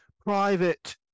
private